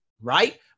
right